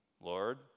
Lord